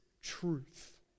truth